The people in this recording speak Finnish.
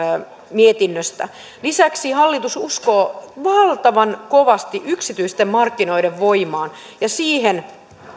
mietinnöstä lisäksi hallitus uskoo valtavan kovasti yksityisten markkinoiden voimaan ja siihen